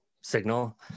signal